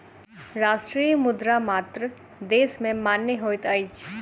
राष्ट्रीय मुद्रा मात्र देश में मान्य होइत अछि